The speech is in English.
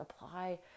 apply